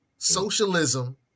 socialism